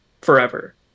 forever